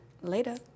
Later